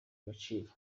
agaciro